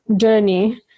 journey